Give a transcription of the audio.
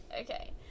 okay